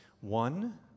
one